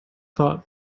thought